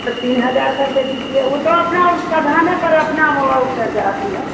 तो तीन हज़ार करके दीजिए वह तो अपना वह सधाने पर अपना वह कट जाता है